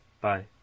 Bye